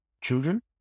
children